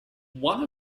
one